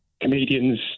comedians